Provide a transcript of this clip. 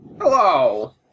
Hello